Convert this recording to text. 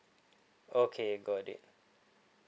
okay got it